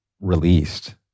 released